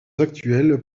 actuelles